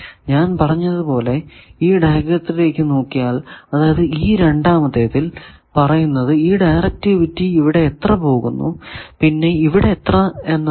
ഞാൻ പറഞ്ഞത് പോലെ ഈ ഡയഗ്രത്തിലേക്കു നോക്കിയാൽ അതായതു ഈ രണ്ടാമത്തേതിൽ പറയുന്നത് ഈ ഡയറക്ടിവിറ്റി ഇവിടെ എത്ര പോകുന്നു പിന്നെ ഇവിടെ എത്ര എന്നതാണ്